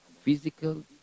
physical